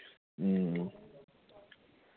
ए